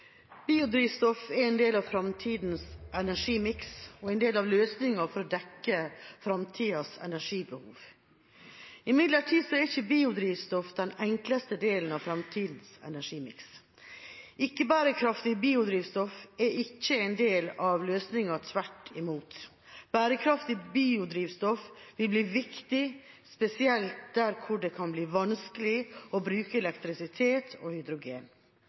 en del av framtidas energimiks og en del av løsningen for å dekke framtidas energibehov. Imidlertid er ikke biodrivstoff den enkleste delen av framtidas energimiks. Ikke-bærekraftig biodrivstoff er ikke en del av løsningen, tvert imot. Bærekraftig biodrivstoff vil bli viktig, spesielt der hvor det kan bli vanskelig å bruke elektrisitet og hydrogen.